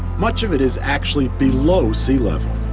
much of it is actually below sea level.